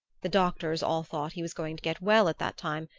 the doctors all thought he was going to get well at that time,